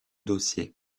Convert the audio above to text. dossier